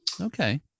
Okay